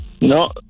No